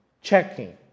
checking